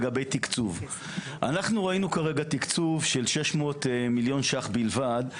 לגבי תקצוב אנחנו ראינו תקצוב של 600 מיליון שקלים בלבד.